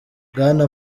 bwana